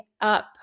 up